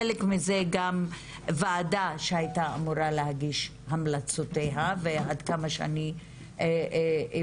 חלק מזה גם ועדה שהייתה אמורה להגיש המלצותיה ועד כמה שאני הבנתי,